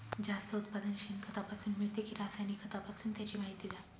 जास्त उत्पादन शेणखतापासून मिळते कि रासायनिक खतापासून? त्याची माहिती द्या